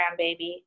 grandbaby